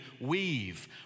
weave